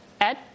Ed